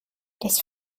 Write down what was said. das